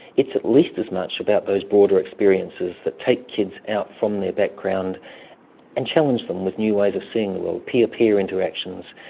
it's at least as much about those broader experiences that take kids out from their background and challenge them with new ways of seeing the world, peer-peer interactions,